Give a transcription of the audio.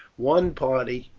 one party,